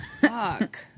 Fuck